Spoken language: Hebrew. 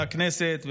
מהכנסת,